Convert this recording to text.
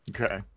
Okay